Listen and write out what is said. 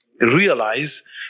realize